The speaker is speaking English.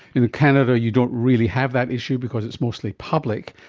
in canada you don't really have that issue because it's mostly public.